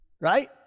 right